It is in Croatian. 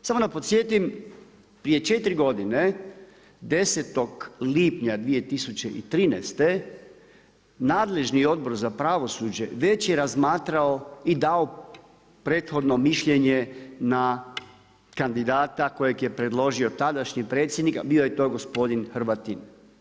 Samo da podsjetim prije četiri godine 10. lipnja 2013. nadležni Odbor za pravosuđe već je razmatrao i dao prethodno mišljenje na kandidata kojeg je predložio tadašnji predsjednik, a bio je to gospodin Hrvatin.